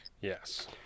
Yes